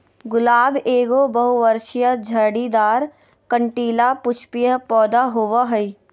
गुलाब एगो बहुवर्षीय, झाड़ीदार, कंटीला, पुष्पीय पौधा होबा हइ